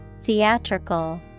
Theatrical